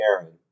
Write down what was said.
Aaron